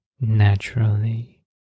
naturally